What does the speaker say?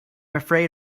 afraid